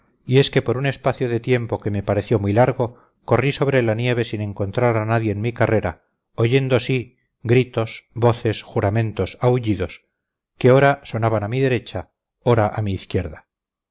y es que por un espacio de tiempo que me pareció muy largo corrí sobre la nieve sin encontrar a nadie en mi carrera oyendo sí gritos voces juramentos aullidos que ora sonaban a mi derecha ora a mi izquierda